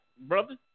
brother